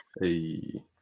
Hey